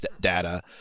data